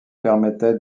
permettait